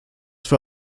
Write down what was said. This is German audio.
für